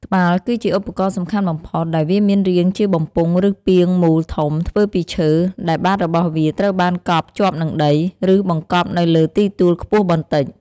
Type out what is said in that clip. ត្បាល់ គឺជាឧបករណ៍សំខាន់បំផុត ដែលវាមានរាងជាបំពង់ ឬពាងមូលធំ ធ្វើពីឈើ ដែលបាតរបស់វាត្រូវបានកប់ជាប់នឹងដី ឬបង្កប់នៅលើទីទួលខ្ពស់បន្តិច។